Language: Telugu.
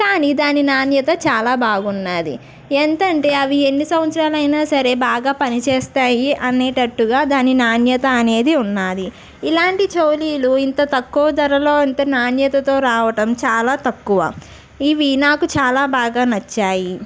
కానీ దాని నాణ్యత చాలా బాగుంది ఎంత అంటే అవి ఎన్ని సంవత్సరాలు అయినా సరే బాగా పని చేస్తాయి అనేటట్టుగా దాని నాణ్యత అనేది ఉన్నది ఇలాంటి చోలీలు ఇంత తక్కువ ధరలో అంత నాణ్యతతో రావటం చాలా తక్కువ ఇవి నాకు చాలా బాగా నచ్చాయి